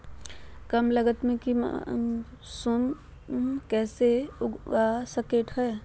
कम लगत मे भी मासूम कैसे उगा स्केट है?